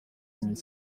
ngomba